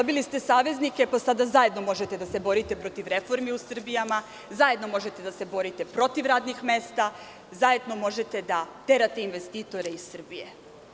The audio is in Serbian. Dobili ste saveznike, pa sada možete zajedno da se borite protiv reformi u Srbiji, zajedno možete da se borite protiv radnih mesta, zajedno možete da terate investitore iz Srbije.